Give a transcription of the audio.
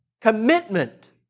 commitment